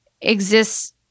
exists